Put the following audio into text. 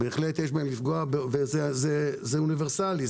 וזה אוניברסלי,